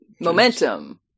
Momentum